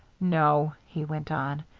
no, he went on,